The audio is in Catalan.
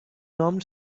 nom